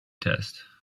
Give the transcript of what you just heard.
test